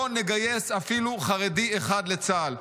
לא נגייס אפילו חרדי אחד לצה"ל.